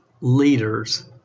leaders